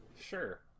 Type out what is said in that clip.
Sure